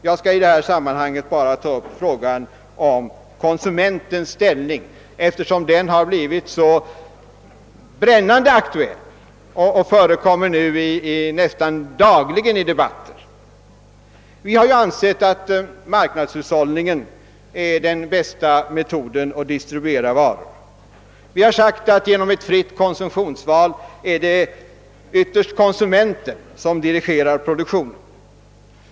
Jag skall i detta sammanhang bara ta upp frågan om konsumentens ställning. Den har blivit så brännande aktuell och förekommer nästan dagligen i debatter. Vi har ju ansett att marknadshushållningen är den bästa metoden att distribuera varor. Vi har sagt att genom ett fritt konsumtionsval är det ytterst konsumenten som dirigerar produktionen.